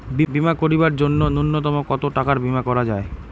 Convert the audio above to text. বীমা করিবার জন্য নূন্যতম কতো টাকার বীমা করা যায়?